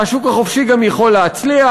שהשוק החופשי גם יכול להצליח,